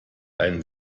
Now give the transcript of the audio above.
einen